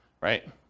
right